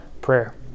prayer